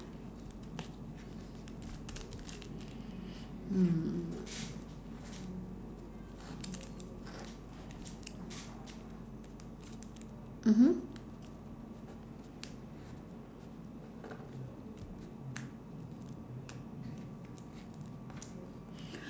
mm mmhmm